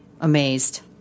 amazed